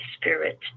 spirit